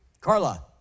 Carla